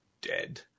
dead